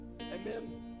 amen